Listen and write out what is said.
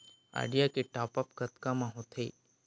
Idea के top आप कतका म होथे?